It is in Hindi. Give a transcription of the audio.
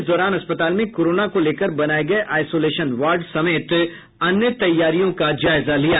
इस दौरान अस्पताल में कोरोना को लेकर बनाये गये आईसोलेशन वार्ड समेत अन्य तैयारियों का जायजा लिया